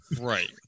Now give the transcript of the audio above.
right